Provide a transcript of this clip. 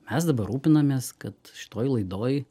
mes dabar rūpinamės kad šitoj laidoj